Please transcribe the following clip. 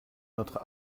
notre